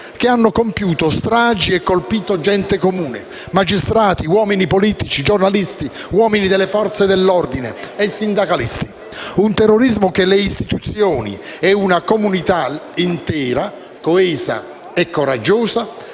che hanno compiuto stragi e colpito gente comune: magistrati, uomini politici, giornalisti, uomini delle Forze dell'ordine e sindacalisti. Si tratta di un terrorismo che le istituzioni e una comunità intera, coesa e coraggiosa